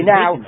Now